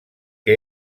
que